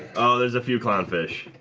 oh, there's a few clown fish